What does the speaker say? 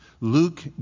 Luke